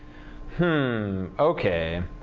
hm, ok.